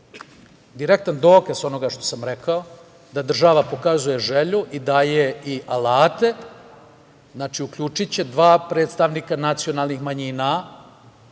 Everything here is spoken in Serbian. direktan dokaz onoga što sam rekao, da država pokazuje želju i da daje alate, znači, uključiće dva predstavnika nacionalnih manjina,